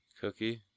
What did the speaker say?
Cookie